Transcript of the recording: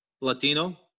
Latino